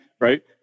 right